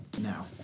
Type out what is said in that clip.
now